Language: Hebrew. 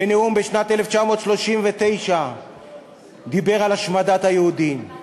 בנאום בשנת 1939 הוא דיבר על השמדת היהודים.